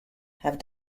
have